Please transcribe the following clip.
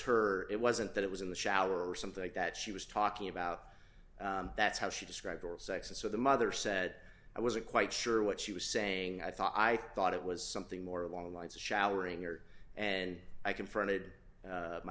her it wasn't that it was in the shower or something like that she was talking about that's how she described oral sex and so the mother said i was a quite sure what she was saying i thought i thought it was something more along the lines of showering there and i confronted